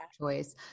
choice